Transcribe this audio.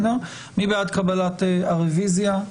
מי בעד קבלת הרוויזיה?